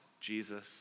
Jesus